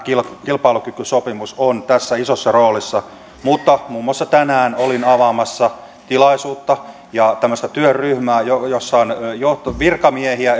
kilpailukykysopimus on tässä isossa roolissa mutta muun muassa tänään olin avaamassa tilaisuutta ja tämmöistä työryhmää jossa on virkamiehiä